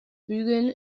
bügeln